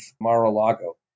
Mar-a-Lago